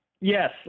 Yes